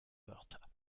wörter